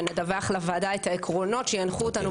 ונדווח לוועדה את העקרונות שינחו אותנו